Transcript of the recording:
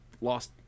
lost